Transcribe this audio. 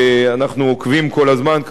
שאנחנו עוקבים אחריהם כל הזמן,